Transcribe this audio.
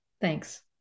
thanks